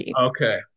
Okay